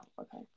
Okay